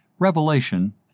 Revelation